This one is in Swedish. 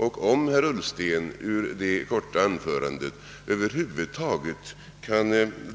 Om herr Carlsson i mitt korta anförande över huvud taget kan